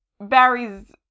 Barry's